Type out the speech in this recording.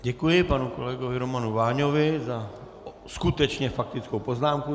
Děkuji panu kolegovi Romanu Váňovi za skutečně faktickou poznámku.